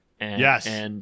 Yes